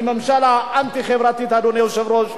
היא ממשלה אנטי-חברתית, אדוני היושב-ראש.